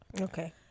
okay